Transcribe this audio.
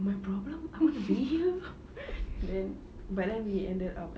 my problem I want to be here then but then we ended up